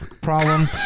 problem